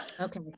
Okay